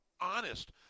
honest